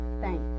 thank